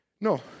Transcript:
no